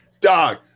dog